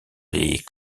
les